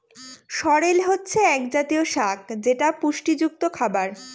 সরেল হচ্ছে এক জাতীয় শাক যেটা পুষ্টিযুক্ত খাবার